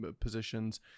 positions